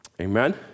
Amen